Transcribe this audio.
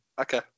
okay